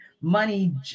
money